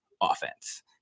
offense